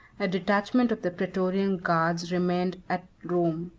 a detachment of the praetorian guards remained at rome,